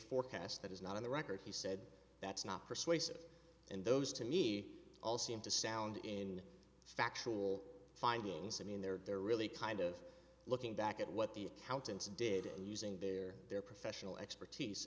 forecast that is not on the record he said that's not persuasive and those to me all seem to sound in factual findings i mean they're really kind of looking back at what the accountants did using their their professional expertise